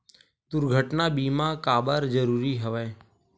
दुर्घटना बीमा काबर जरूरी हवय?